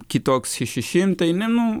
kitoks šeši šimtai ne nu